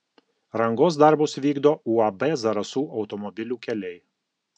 rangos darbus vykdo uab zarasų automobilių keliai